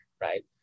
right